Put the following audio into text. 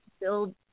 build